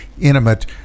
intimate